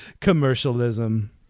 commercialism